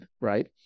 right